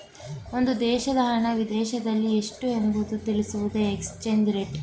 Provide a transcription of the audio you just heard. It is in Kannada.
ಒಂದು ದೇಶದ ಹಣ ವಿದೇಶದಲ್ಲಿ ಎಷ್ಟು ಎಂಬುವುದನ್ನು ತಿಳಿಸುವುದೇ ಎಕ್ಸ್ಚೇಂಜ್ ರೇಟ್